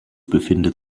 befindet